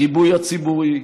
הגיבוי הציבורי,